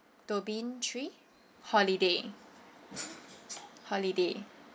domain three holiday holiday